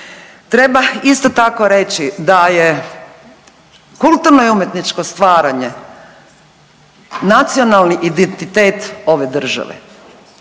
Treba isto tako reći da je kulturno i umjetničko stvaranje nacionalni identitet ove države.